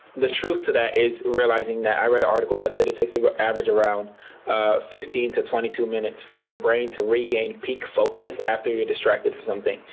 the truth to that is realizing that, i read an article that said it takes the average around ah fifteen to twenty two minutes for your brain to regain peak focus after you're distracted for something.